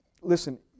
listen